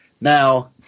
Now